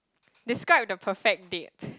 describe the perfect date